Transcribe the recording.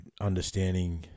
understanding